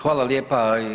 Hvala lijepa.